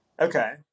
Okay